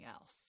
else